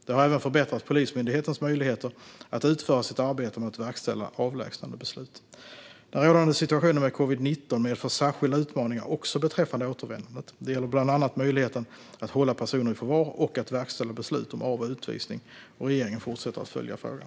Det har även förbättrat Polismyndighetens möjligheter att utföra sitt arbete med att verkställa avlägsnandebeslut. Den rådande situationen med covid-19 medför särskilda utmaningar också beträffande återvändandet. Det gäller bland annat möjligheten att hålla personer i förvar och att verkställa beslut om av och utvisning. Regeringen fortsätter att följa frågan.